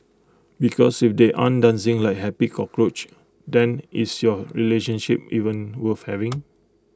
because if they aren't dancing like happy cockroach then is your relationship even worth having